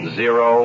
zero